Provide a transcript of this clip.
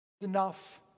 enough